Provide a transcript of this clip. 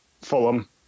Fulham